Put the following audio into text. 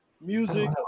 Music